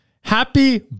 happy